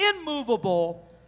immovable